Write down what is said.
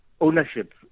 ownership